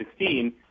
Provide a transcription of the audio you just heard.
2016 –